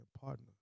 partner